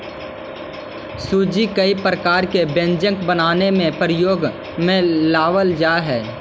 सूजी कई प्रकार के व्यंजन बनावे में प्रयोग में लावल जा हई